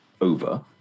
over